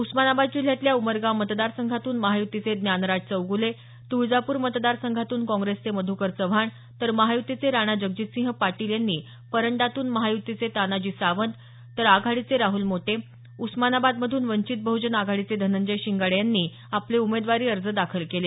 उस्मानाबाद जिल्ह्यातल्या उमरगा मतदार संघातून महायुतीचे ज्ञानराज चौगूले तुळजापूर मतदारसंघातून काँग्रेसचे मधूकर चव्हाण तर महायुतीचे राणा जगजितसिंह पाटील परंडातून महायुतीचे तानाजी सावंत तर आघाडीचे राहुल मोटे उस्मानाबादमधून वंचित बहजन आघाडीचे धनंजय शिंगाडे यांनी आपले उमेदवारी अर्ज दाखल केले